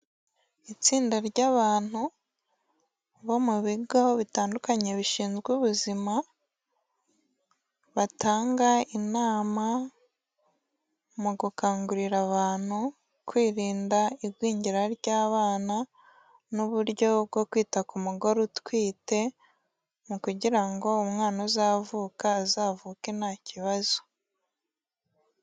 Itsinda ry'abantu bo mu bigo bitandukanye bishinzwe ubuzima, batanga inama mu gukangurira abantu kwirinda igwingira ry'abana n'uburyo bwo kwita ku mugore utwite, mu kugira ngo umwana uzavuka, azavuke nta kibazo.